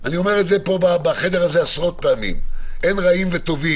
אני אומר את זה פה בחדר הזה עשרות פעמים: אין רעים וטובים.